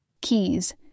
Keys